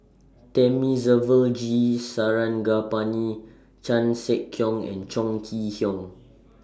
Thamizhavel G Sarangapani Chan Sek Keong and Chong Kee Hiong